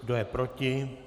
Kdo je proti?